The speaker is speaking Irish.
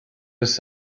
fhios